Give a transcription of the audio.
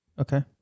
Okay